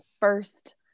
first